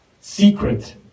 secret